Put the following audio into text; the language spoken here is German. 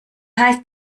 heißt